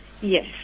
yes